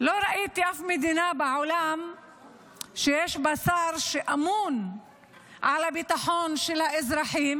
לא ראיתי אף מדינה בעולם שיש בה שר שאמון על הביטחון של האזרחים